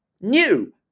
new